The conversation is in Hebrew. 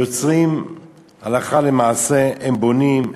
יוצרים הלכה למעשה: הם בונים,